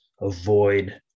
avoid